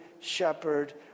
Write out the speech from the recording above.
shepherd